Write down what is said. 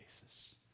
basis